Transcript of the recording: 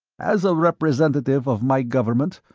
as a representative of my government,